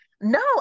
No